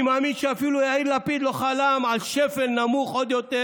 אני מאמין שאפילו יאיר לפיד לא חלם על שפל נמוך עוד יותר